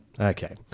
Okay